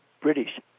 British